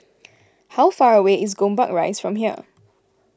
how far away is Gombak Rise from here